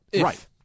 right